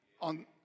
on